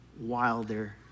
wilder